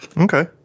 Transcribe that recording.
Okay